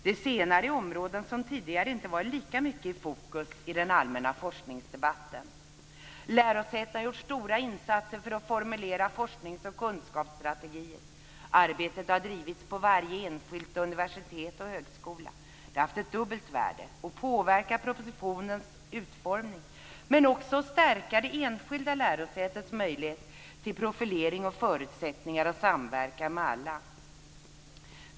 De senare är områden som tidigare inte varit lika mycket i fokus i den allmänna forskningsdebatten. Lärosätena har gjort stora insatser för att formulera forsknings och kunskapsstrategier. Arbetet har drivits på varje enskilt universitet och varje enskild högskola. Det har haft ett dubbelt värde. Det har påverkat propositionens utformning och också stärkt det enskilda lärosätets möjlighet till profiliering och samverkan med alla.